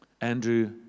Andrew